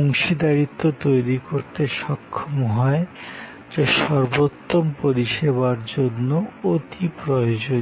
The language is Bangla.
অংশীদারিত্ব তৈরি করতে সক্ষম হয় যা সর্বোত্তম পরিষেবার জন্য অতিপ্রয়োজনীয়